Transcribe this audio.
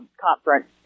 conference